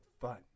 fun